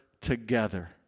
together